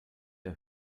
der